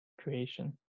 creation